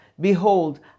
Behold